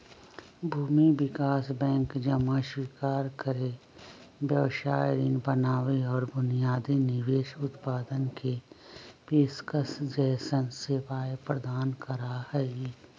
भूमि विकास बैंक जमा स्वीकार करे, व्यवसाय ऋण बनावे और बुनियादी निवेश उत्पादन के पेशकश जैसन सेवाएं प्रदान करा हई